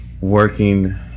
working